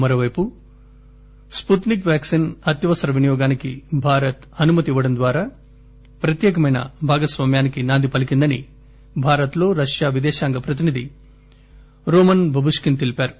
మరోపైపు Sputnik vaccine అత్యవసర వినియోగానికి భారత్ అనుమతి ఇవ్వడం ద్వారా ప్రత్యేకమైన భాగస్వామ్యానికి నాంది పలీకిందని భారత్ లో రష్యా విదేశాంగ ప్రతినిధి రోమన్ బబుప్కిన్ తెలిపారు